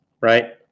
Right